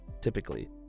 typically